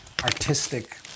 artistic